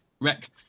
wreck